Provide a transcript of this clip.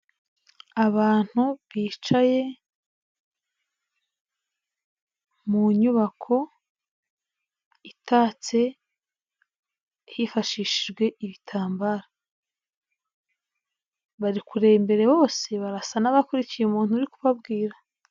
Abantu bicaye mu nyubako itatse hifashishijwe ibitambaro, bari kureba bose barasa n'abakurikiye umuntu uri kubabwira.